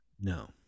No